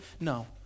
No